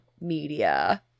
media